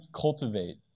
cultivate